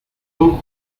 son